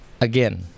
again